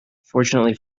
fortunately